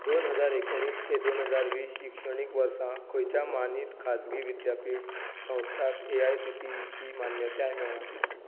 दोन हजार एकोणीस ते दोन हजार वीस शिक्षणीक वर्सा खंयच्या मानीत खाजगी विद्यापीठ संस्थांक A I C T E ची मान्यताय मेळ्ळ्या